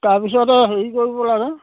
তাৰপিছতে হেৰি কৰিব লাগে